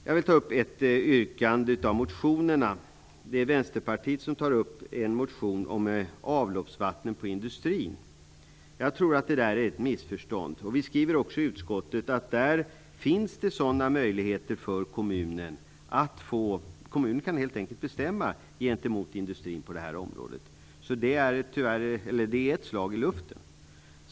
Jag vill ta upp ett yrkande i en av motionerna. Vänsterpartiet tar upp frågan om avloppsvatten från industrin. Jag tror att det handlar om ett missförstånd. Vi skriver i utskottet att det finns möjligheter för kommunen att helt enkelt bestämma gentemot industrin på det här området. Det är ett slag i luften.